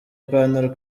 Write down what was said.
ipantalo